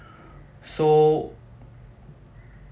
so